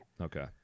Okay